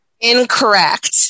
Incorrect